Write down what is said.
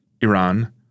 Iran